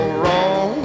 wrong